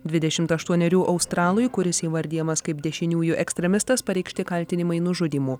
dvidešim aštuonerių australui kuris įvardijamas kaip dešiniųjų ekstremistas pareikšti kaltinimai nužudymu